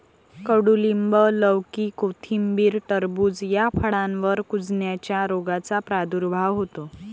कडूलिंब, लौकी, कोथिंबीर, टरबूज या फळांवर कुजण्याच्या रोगाचा प्रादुर्भाव होतो